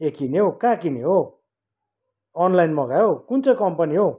ए किन्यौ कहाँ किन्यौ हौ अनलाइन मगायौ कुन चाहिँ कम्पनी हो